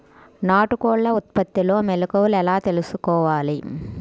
నాటుకోళ్ల ఉత్పత్తిలో మెలుకువలు ఎలా తెలుసుకోవాలి?